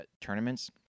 tournaments